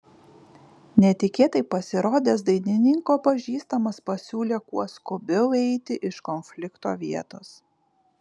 netikėtai pasirodęs dainininko pažįstamas pasiūlė kuo skubiau eiti iš konflikto vietos